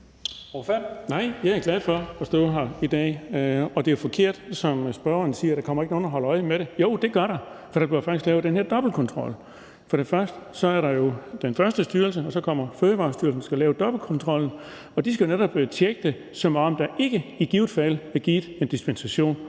Nej, jeg er glad for at stå her i dag. Og det er forkert, som spørgeren siger det, at der ikke kommer nogen og holder øje med det. Jo, det gør der, for der bliver faktisk lavet den her dobbeltkontrol. Først er der jo den første styrelse, og så kommer Fødevarestyrelsen og skal lave dobbeltkontrollen, og de skal netop tjekke det, som om der ikke er givet en dispensation,